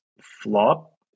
flop